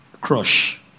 Crush